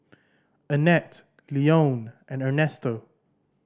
Annette Leone and Ernesto